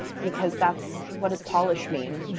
because that's. what does polish mean?